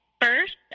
first